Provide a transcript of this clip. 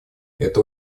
это